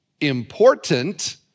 important